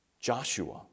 Joshua